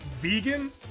Vegan